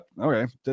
okay